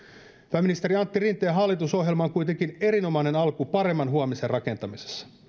pääministeri antti rinteen hallitusohjelma on kuitenkin erinomainen alku paremman huomisen rakentamisessa